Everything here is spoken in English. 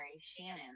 Shannon